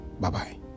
Bye-bye